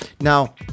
Now